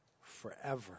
forever